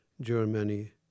Germany